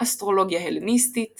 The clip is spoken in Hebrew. אסטרולוגיה הלניסטית